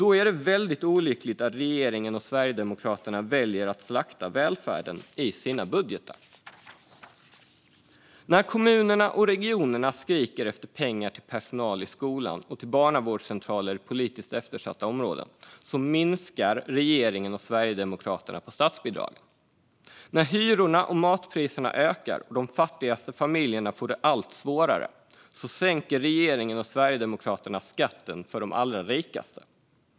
Då är det olyckligt att regeringen och Sverigedemokraterna väljer att slakta välfärden i sina budgetar. När kommunerna och regionerna skriker efter pengar till personal i skolan och till barnavårdscentraler i politiskt eftersatta områden minskar regeringen och Sverigedemokraterna på statsbidragen. När hyrorna och matpriserna ökar och de fattigaste familjerna får det allt svårare sänker regeringen och Sverigedemokraterna skatten för de allra rikaste.